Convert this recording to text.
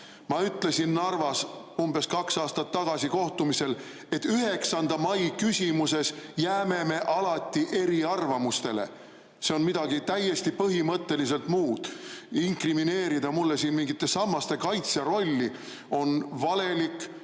Ma ütlesin Narvas umbes kaks aastat tagasi kohtumisel, et 9. mai küsimuses jääme me alati eriarvamusele. See on midagi täiesti põhimõtteliselt muud. Inkrimineerida mulle siin mingite sammaste kaitsja rolli on valelik